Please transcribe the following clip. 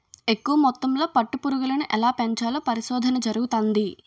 ఎక్కువ మొత్తంలో పట్టు పురుగులను ఎలా పెంచాలో పరిశోధన జరుగుతంది